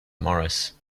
morris